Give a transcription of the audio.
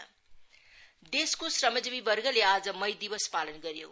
मे Day देशको श्रमजीवी वर्गले आज मई दिवस पालन गऱ्यो